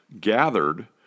gathered